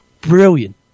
brilliant